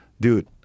dude